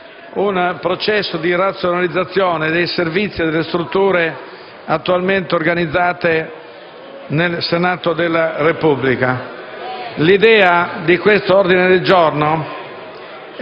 un processo di razionalizzazione dei servizi e delle strutture attualmente organizzate nel Senato della Repubblica. L'idea di questo ordine del giorno